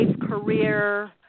career